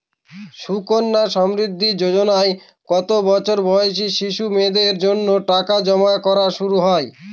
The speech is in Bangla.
সুকন্যা সমৃদ্ধি যোজনায় কত বছর বয়সী শিশু মেয়েদের জন্য টাকা জমা করা শুরু হয়?